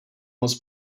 moc